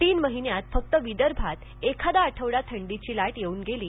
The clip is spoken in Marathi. तीन महिन्यांत फक्त विदर्भात एखादा आठवडा थंडीची लाट येऊन गेली